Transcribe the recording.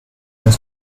has